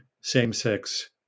same-sex